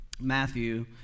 Matthew